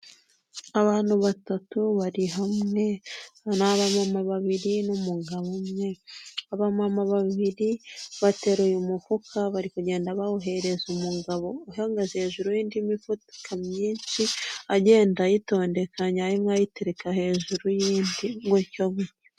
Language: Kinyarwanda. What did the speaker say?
Abantu batatu bari hamwe, ni abamama babiri n'umugabo umwe, abamama babiri bateruye umufuka bari kugenda bawuhereza umugabo uhagaze hejuru y'indi mifuka myinshi, agenda ayitondekanya imwe ayitereka hejuru y'indi gutyo gutyo.